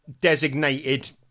designated